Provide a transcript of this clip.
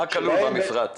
מה כלול במפרט?